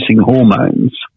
hormones